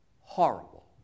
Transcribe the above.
horrible